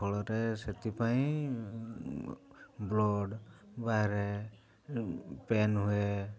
ଫଳରେ ସେଥିପାଇଁ ବ୍ଲଡ଼ ବାହାରେ ପେନ୍ ହୁଏ